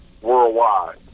worldwide